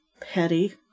petty